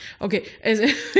Okay